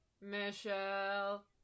Michelle